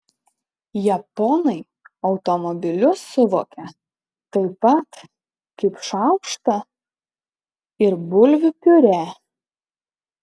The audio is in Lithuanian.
japonai automobilius suvokia taip pat kaip šaukštą ir bulvių piurė